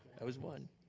was one.